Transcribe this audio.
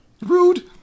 rude